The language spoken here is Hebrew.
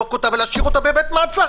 לאזוק אותה ולהשאיר אותה בבית מעצר.